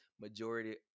majority